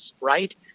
right